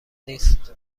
نیست